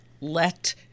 let